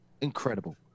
Incredible